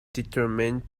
determined